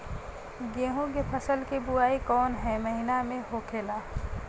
गेहूँ के फसल की बुवाई कौन हैं महीना में होखेला?